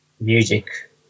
music